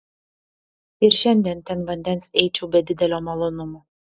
ir šiandien ten vandens eičiau be didelio malonumo